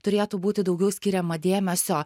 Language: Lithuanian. turėtų būti daugiau skiriama dėmesio